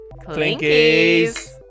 Clinkies